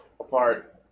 apart